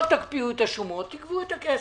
לא תקפיאו את השומות, תגבו את הכסף.